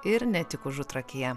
ir ne tik užutrakyje